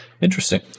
Interesting